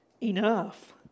enough